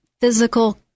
physical